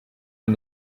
and